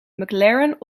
mclaren